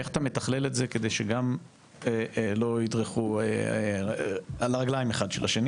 איך אתה מתכלל את זה כדי שגם לא ידרכו על הרגליים אחד של השני,